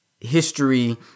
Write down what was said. history